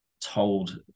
told